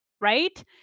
right